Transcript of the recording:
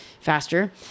faster